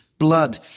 blood